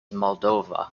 moldova